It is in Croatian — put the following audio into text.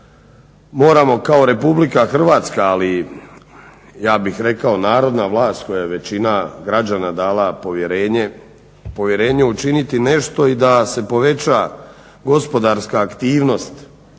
moramo kao Republika Hrvatska, ali ja bih rekao, narodna vlast kojoj je većina građana dala povjerenje učiniti nešto i da se poveća gospodarska aktivnost